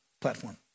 platform